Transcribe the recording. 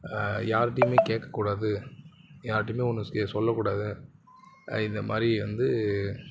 யார்கிட்டையுமே கேட்கக்கூடாது யார்கிட்டையுமே ஒன்றும் சொல்லக்கூடாது இந்தமாதிரி வந்து